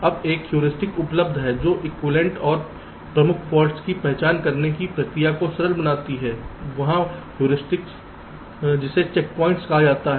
अब एक ह्यूरिस्टिक उपलब्ध है जो एक्विवैलेन्ट और प्रमुख फॉल्ट्स की पहचान करने की प्रक्रिया को सरल बनाती है वहाँ हैयुरिस्टिक जिसे चेकप्वाइंट कहा जाता है